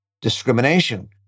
discrimination